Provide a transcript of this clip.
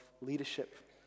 leadership